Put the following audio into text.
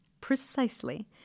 precisely